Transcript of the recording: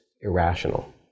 irrational